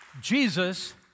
Jesus